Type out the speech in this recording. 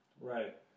Right